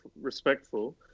respectful